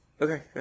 Okay